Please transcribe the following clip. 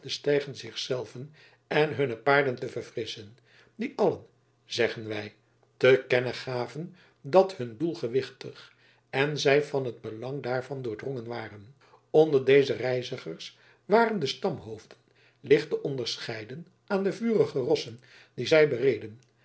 stijgen zich zelven en hunne paarden te verfrisschen die allen zeggen wij te kennen gaven dat hun doel gewichtig en zij van het belang daarvan doordrongen waren onder deze reizigers waren de stamhoofden licht te onderscheiden aan de vurige rossen die zij bereden